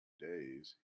days